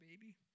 baby